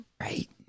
Right